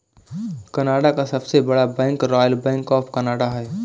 Canada का सबसे बड़ा bank royal bank of Canada है